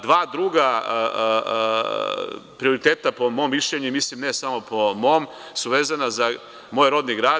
Dva druga prioriteta po mom mišljenju i mislim ne samo po mom su vezana za moj rodni grad.